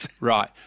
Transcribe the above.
right